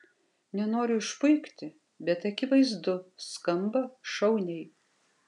nenoriu išpuikti bet akivaizdu skamba šauniai